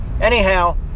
Anyhow